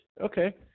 Okay